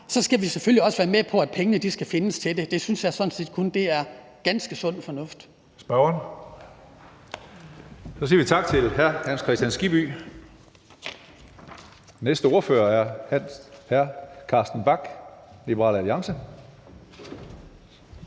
så skal vi selvfølgelig også være med på, at pengene skal findes til det. Det synes jeg sådan set kun er sund fornuft.